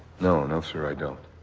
no, no sir i don't.